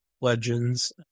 legends